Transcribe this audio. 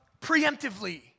preemptively